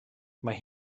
mae